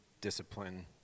discipline